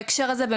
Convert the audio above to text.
בהקשר הזה,